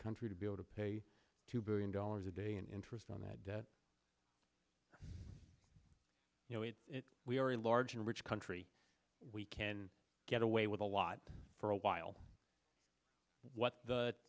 country to be able to pay two billion dollars a day in interest on that debt you know if we are a large and rich country we can get away with a lot for a while what